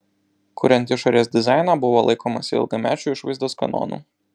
kuriant išorės dizainą buvo laikomasi ilgamečių išvaizdos kanonų